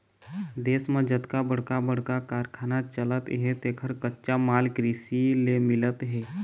देश म जतका बड़का बड़का कारखाना चलत हे तेखर कच्चा माल कृषि ले मिलत हे